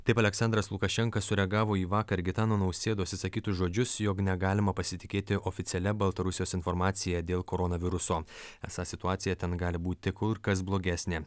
taip aleksandras lukašenka sureagavo į vakar gitano nausėdos išsakytus žodžius jog negalima pasitikėti oficialia baltarusijos informacija dėl koronaviruso esą situacija ten gali būti kur kas blogesnė